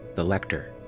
the lector.